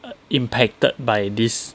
impacted by this